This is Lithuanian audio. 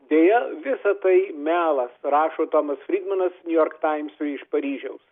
deja visa tai melas rašo tomas frydmanas niujork taimsui iš paryžiaus